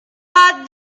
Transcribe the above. had